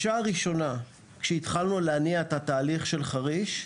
עת התחלנו להניע את התהליך של חריש,